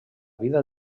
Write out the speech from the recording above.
vida